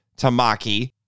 Tamaki